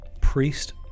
priest